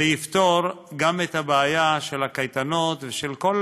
זה יפתור גם את הבעיה של הקייטנות ושל כל